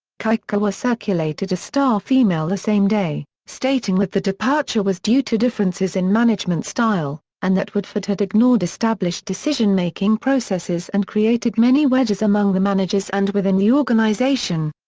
kikukawa circulated a staff email the same day, stating that the departure was due to differences in management style, and that woodford had ignored established decision-making processes and created many wedges among the managers and within the organization.